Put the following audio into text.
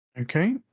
Okay